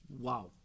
Wow